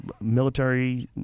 military